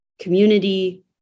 community